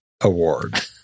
Award